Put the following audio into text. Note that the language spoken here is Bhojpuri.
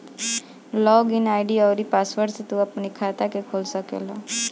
लॉग इन आई.डी अउरी पासवर्ड से तू अपनी खाता के खोल सकेला